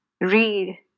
read